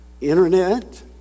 internet